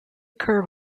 curve